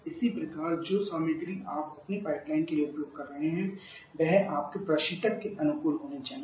इसी प्रकार जो सामग्री आप अपनी पाइपलाइन के लिए उपयोग कर रहे हैं वह आपके प्रशीतक के अनुकूल होनी चाहिए